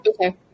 Okay